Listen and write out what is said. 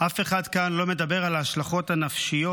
אף אחד כאן לא מדבר על ההשלכות הנפשיות